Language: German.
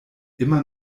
immer